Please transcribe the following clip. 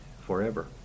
forever